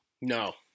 No